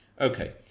Okay